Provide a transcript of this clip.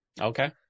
Okay